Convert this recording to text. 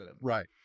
Right